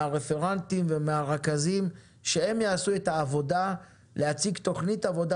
מהרפרנטים ומהרכזים שיעשו את העבודה ויציגו תוכנית עבודה